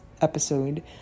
episode